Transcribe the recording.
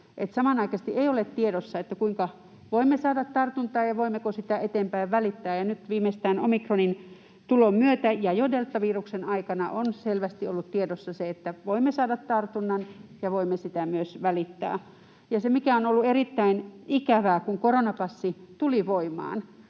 samanaikaisesti ei ole tiedossa, kuinka voimme saada tartunnan ja voimmeko sitä eteenpäin välittää. Ja nyt viimeistään omikronin tulon myötä — ja jo deltaviruksen aikana — on selvästi ollut tiedossa se, että voimme saada tartunnan ja voimme sitä myös välittää. Ja on ollut erittäin ikävää, että kun koronapassi tuli voimaan,